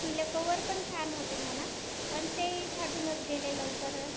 पिले कवरपण छान होते म्हणा पण तेही फाटूनच गेले लवकर